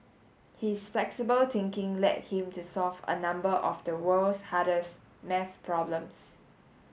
his flexible thinking led him to solve a number of the world's hardest maths problems